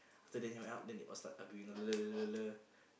after Daniel went up then they all start arguing